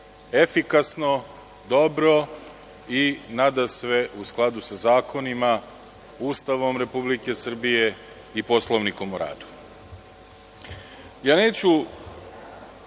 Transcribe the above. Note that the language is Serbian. efikasno, dobro i nadasve u skladu sa zakonima, Ustavom Republike Srbije i Poslovnikom o radu.